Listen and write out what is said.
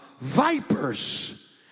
vipers